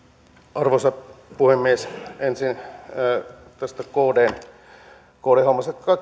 arvoisa puhemies ensin tästä kdn hommasta